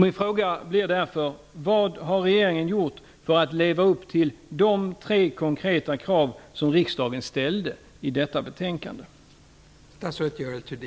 Min fråga blir därför: Vad har regeringen gjort för att leva upp till de tre konkreta krav som riksdagen ställde i detta betänkande?